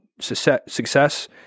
success